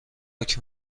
حکم